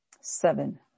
seven